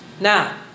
Now